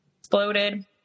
exploded